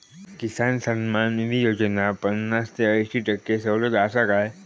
किसान सन्मान निधी योजनेत पन्नास ते अंयशी टक्के सवलत आसा काय?